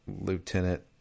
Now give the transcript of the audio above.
lieutenant